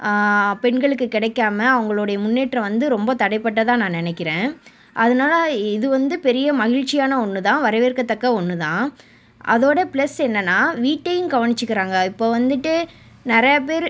பெண்களுக்கு கிடைக்காம அவங்களுடைய முன்னேற்றம் வந்து ரொம்ப தடைப்பட்டதாக நான் நினைக்கிறேன் அதனால இது வந்து பெரிய மகிழ்ச்சியான ஒன்று தான் வரவேற்கத்தக்க ஒன்று தான் அதோடய ப்ளஸ் என்னென்னா வீட்டையும் கவனித்துக்கிறாங்க இப்போ வந்துவிட்டு நிறையா பேர்